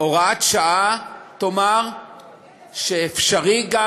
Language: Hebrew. הוראת שעה תאמר שאפשרי גם,